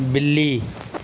ਬਿੱਲੀ